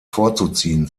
vorzuziehen